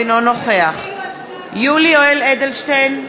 אינו נוכח יולי יואל אדלשטיין,